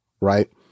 right